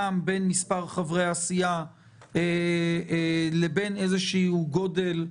בין מספר חברי הסיעה לבין איזה גודל,